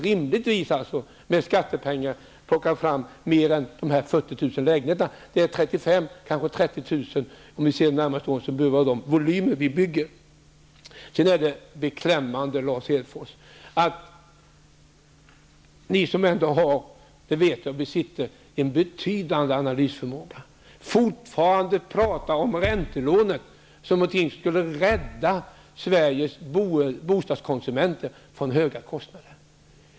Rimligen kan vi med skattepengar inte plocka fram mer än Det är beklämmande, Lars Hedfors, att ni som ändå, för det vet jag, besitter en betydande analysförmåga fortfarande talar om räntelånen som något som skulle rädda Sveriges bostadskonsumenter från höga kostnader.